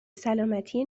سلامتی